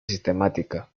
sistemática